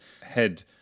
head